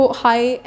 high